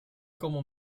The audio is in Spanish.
como